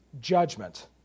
judgment